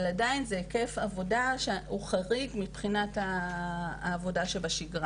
אבל עדיין זה היקף עבודה שהוא חריג לעומת היקף העבודה שבשגרה,